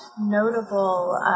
notable